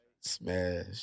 Smash